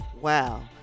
Wow